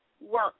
work